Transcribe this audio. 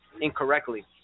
incorrectly